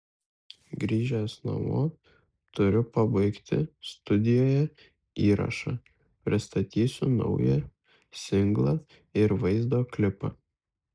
grįžęs namo turiu pabaigti studijoje įrašą pristatysiu naują singlą ir vaizdo klipą